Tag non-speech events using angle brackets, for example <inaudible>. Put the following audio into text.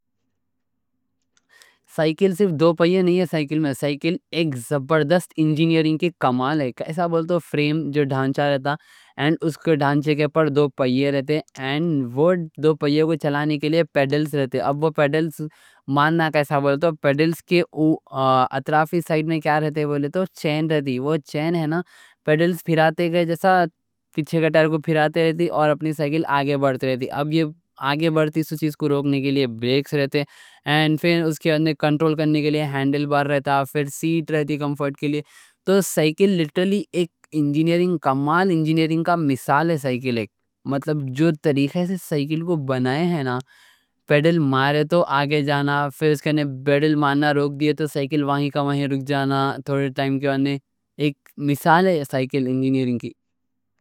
سائیکل صرف دو پہیے نہیں ہے، سائیکل ایک زبردست انجینئرنگ کا کمال ہے۔ کیسا بولے تو فریم جو ڈھانچا رہتا ہے۔ اس ڈھانچے پر دو پہیے رہتے ہیں اور وہ دو پہیے کو چلانے کے لئے <hesitation> پیڈلز رہتے ہیں۔ پیڈلز کے اطرافی سائٹ۔ <hesitation> میں کیا رہتے ہیں تو چین رہتی ہے۔ پیڈلز پھیراتے گئے جیسا پچھے کا ٹائر کو پھیراتی رہتی اور اپنی سائیکل آگے بڑھتی رہتی ہے۔ اب یہ آگے بڑھتی رہتی ہے، اس کو روکنے کے لئے بریکس رہتے ہیں۔ پھر کنٹرول کرنے کے لئے ہینڈل بار رہتا ہے، اور کمفورٹ کے لئے سیٹ رہتی ہے۔ تو سائیکل لٹرلی انجینئرنگ کا کمال، انجینئرنگ کی مثال ہے۔ پیڈل مارے تو آگے جاتی، پیڈل مارنا روک دیئے تو تھوڑے ٹائم کے بعد رک جاتی۔